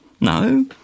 No